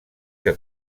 que